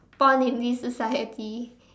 born in this society